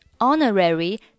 Honorary